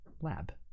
lab